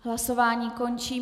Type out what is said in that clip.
Hlasování končím.